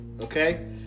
Okay